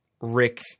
Rick